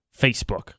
Facebook